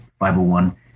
501